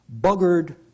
buggered